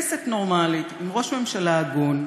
בכנסת נורמלית, עם ראש ממשלה הגון,